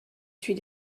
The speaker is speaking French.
suis